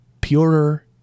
purer